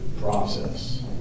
process